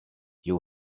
you